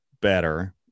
better